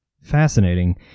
Fascinating